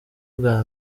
bwa